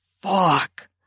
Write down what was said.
fuck